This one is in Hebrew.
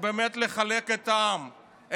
באמת לחלק את העם,